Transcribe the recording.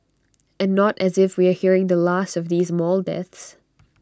and not as if we are hearing the last of these mall deaths